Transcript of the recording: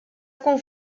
tkun